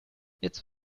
jetzt